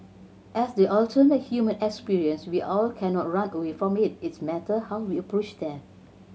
as the ultimate human experience we all cannot run away from it it's matter how we approach death